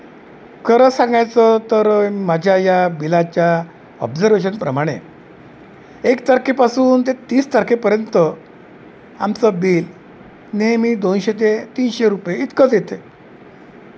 खरं सांगायचं तर माझ्या या बिलाच्या ऑब्झर्वेशनप्रमाणे एक तारखेपासून ते तीस तारखेपर्यंत आमचं बिल नेहमी दोनशे ते तीनशे रुपये इतकंच येते